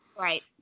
Right